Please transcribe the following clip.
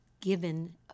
given